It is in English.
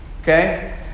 Okay